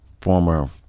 former